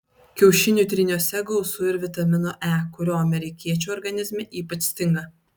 kiaušinių tryniuose gausu ir vitamino e kurio amerikiečių organizme ypač stinga